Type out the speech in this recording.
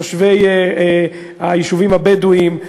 יושבי היישובים הבדואיים,